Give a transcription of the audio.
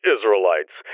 Israelites